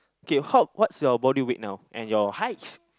K how what's your body weight now and your height